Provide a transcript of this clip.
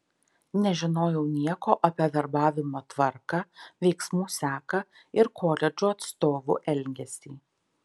nežinojau nieko apie verbavimo tvarką veiksmų seką ir koledžų atstovų elgesį